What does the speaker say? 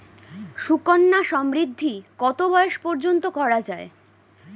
সুকন্যা সমৃদ্ধী কত বয়স পর্যন্ত করা যায়?